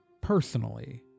Personally